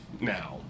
now